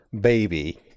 baby